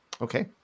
Okay